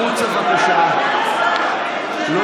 החוצה, בבקשה.